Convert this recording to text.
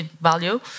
value